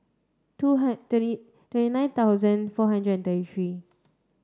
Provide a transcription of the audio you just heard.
two twenty twenty nine thousand four hundred and thirty three